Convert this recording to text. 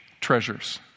treasures